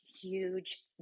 huge